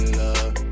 love